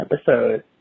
episode